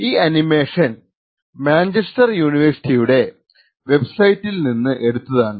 ഈ animation Manchester യൂണിവേഴ്സിറ്റിയുടെ വെബ്സൈറ്റിൽ നിന്ന് എടുത്തതാണ്